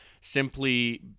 simply